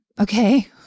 Okay